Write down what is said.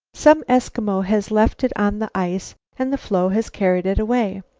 some eskimo has left it on the ice and the floe has carried it away.